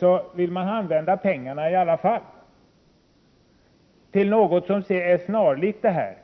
Sedan vill man använda pengarna i alla fall till något som är snarlikt 5:3-bidraget.